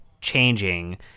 changing